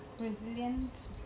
Resilient